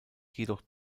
jedoch